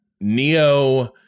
Neo